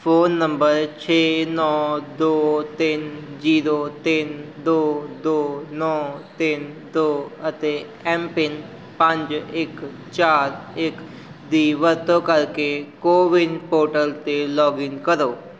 phone number ਛੇ ਨੌ ਦੋ ਤਿੰਨ ਜੀਰੋ ਤਿੰਨ ਦੋ ਦੋ ਨੌ ਤਿੰਨ ਦੋ ਅਤੇ ਐੱਮਪਿੰਨ ਪੰਜ ਇੱਕ ਚਾਰ ਇੱਕ ਦੀ ਵਰਤੋਂ ਕਰਕੇ ਕੋਵਿਨ ਪੋਰਟਲ 'ਤੇ ਲੌਗਇਨ ਕਰੋ